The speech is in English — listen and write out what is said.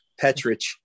Petrich